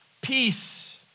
peace